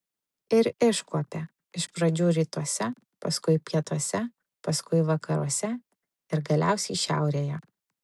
ir iškuopė iš pradžių rytuose paskui pietuose paskui vakaruose ir galiausiai šiaurėje